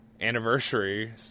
anniversary